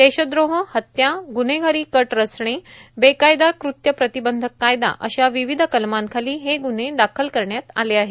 देशद्रोह हत्या ग्रन्हेगारां कट रचणे बेकायदा कृत्य प्रांतबंधक कायदा अशा र्वावध कलमांखालां हे गुन्हे दाखल करण्यात आले आहेत